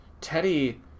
Teddy